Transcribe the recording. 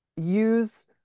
use